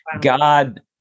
God